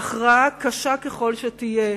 הכרעה, קשה ככל שתהיה,